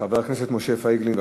חבר הכנסת משה פייגלין.